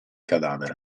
cadavere